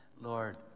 Lord